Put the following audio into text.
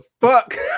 fuck